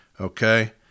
Okay